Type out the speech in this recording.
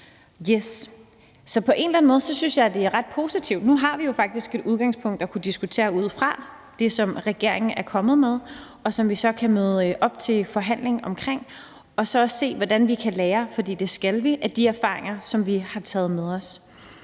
lavet. Så på en eller anden måde synes jeg, det er ret positivt, for nu har vi rent faktisk et udgangspunkt at kunne diskutere ud fra, nemlig det, som regeringen er kommet med, og som vi så kan møde op til forhandling om. Og så kan vi se, hvordan vi kan lære – for det skal vi – af de erfaringer, som vi har taget med os.